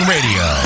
Radio